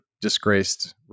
disgraced